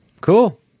Cool